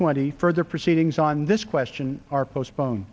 twenty further proceedings on this question are postpone